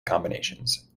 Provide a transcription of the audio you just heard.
combinations